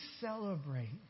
celebrate